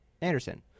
Anderson